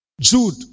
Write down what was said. Jude